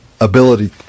ability